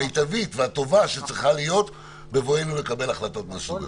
המיטבית והטובה שצריכה להיות בבואנו לקבל החלטות מהסוג הזה.